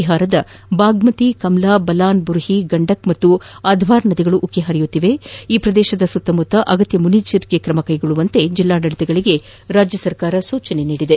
ಬಿಹಾರದ ಬಾಗಮತಿ ಕಮಲಾ ಬಲಾನ್ ಬುರ್ಹಿ ಗಾಂಡಕ್ ಮತ್ತು ಅಧ್ವಾರ ನದಿಗಳು ಉಕ್ಕಿ ಹರಿಯುತ್ತಿದ್ದು ಈ ಪ್ರದೇಶದ ಸುತ್ತಮುತ್ತಲೂ ಅಗತ್ಯ ಮುನ್ನೆಚ್ಚರಿಕೆ ಕ್ರಮ ಕೈಗೊಳ್ಳುವಂತೆ ಜಿಲ್ಲಾಡಳಿತಕ್ಕೆ ರಾಜ್ಯ ಸರ್ಕಾರ ಸೂಚಿಸಿದೆ